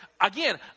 Again